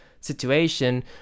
situation